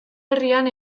herrian